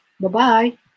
Bye-bye